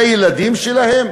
לילדים שלהם?